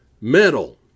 metal